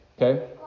okay